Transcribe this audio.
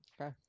Okay